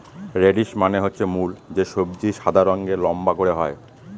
radish মানে হচ্ছে মূল যে সবজি সাদা রঙের লম্বা করে হয়